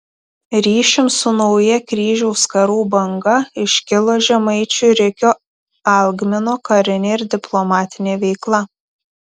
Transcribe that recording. ryšium su nauja kryžiaus karų banga iškilo žemaičių rikio algmino karinė ir diplomatinė veikla